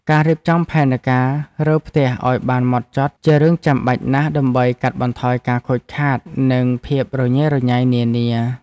ការរៀបចំផែនការរើផ្ទះឱ្យបានហ្មត់ចត់ជារឿងចាំបាច់ណាស់ដើម្បីកាត់បន្ថយការខូចខាតនិងភាពរញ៉េរញ៉ៃនានា។